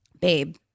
babe